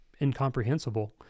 incomprehensible